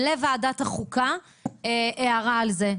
לוועדת החוקה הערה על זה,